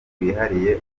wihariye